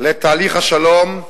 לתהליך השלום.